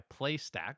PlayStack